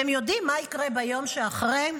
אתם יודעים מה יקרה ביום שאחרי?